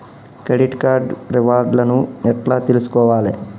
Credit card reward లను ఎట్ల తెలుసుకోవాలే?